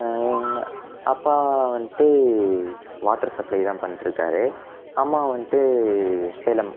அப்பா வந்துட்டு water supply தான் பண்ணிட்டு இருக்கார் அம்மா வந்துட்டு சேலம்